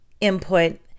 input